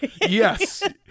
Yes